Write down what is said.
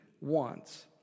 wants